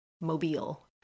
mobile